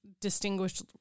Distinguished